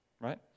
right